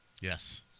Yes